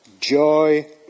joy